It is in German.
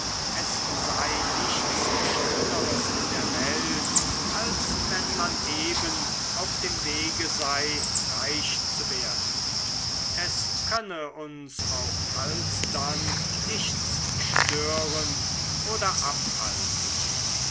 es sei nichts schöneres in der welt als wenn man eben auf dem wege sei reich zu werden es könne uns auch alsdann nichts stören oder abhalten